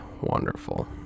wonderful